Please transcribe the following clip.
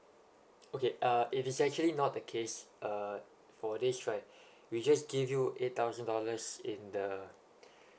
okay uh it is actually not the case uh for this right we just give you eight thousand dollars in the